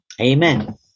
Amen